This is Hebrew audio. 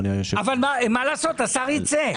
אבל מה לעשות, השר יצא.